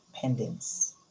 pendants